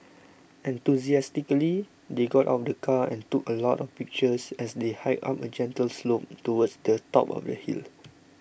enthusiastically they got out of the car and took a lot of pictures as they hiked up a gentle slope towards the top of the hill